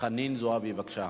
חנין זועבי, בבקשה.